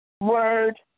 word